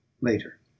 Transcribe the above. Later